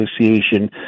Association